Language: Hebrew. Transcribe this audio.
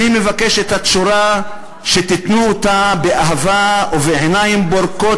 אני מבקש שאת התשורה תיתנו באהבה ובעיניים בורקות